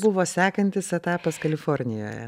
buvo sekantis etapas kalifornijoje